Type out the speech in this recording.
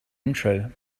intro